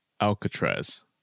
Alcatraz